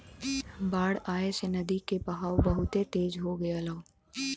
बाढ़ आये से नदी के बहाव बहुते तेज हो गयल हौ